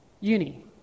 uni